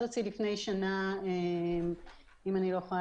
לפני שנה המשרד הוציא